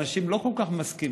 אנשים לא כל כך מסכימים.